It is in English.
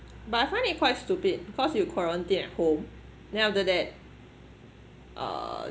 but I find it quite stupid cause you quarantine at home then after that uh